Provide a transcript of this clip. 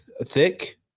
thick